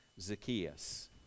Zacchaeus